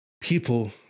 people